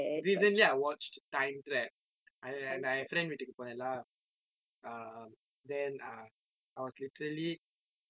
recently I watched time trap I I like friend வீட்டுக்கு போனேன்:vittukku ponen lah err then err I was literally